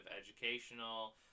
educational